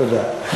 תודה.